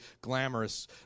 glamorous